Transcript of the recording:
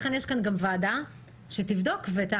לכן יש כאן גם ועדה שתבדוק ותעקוב.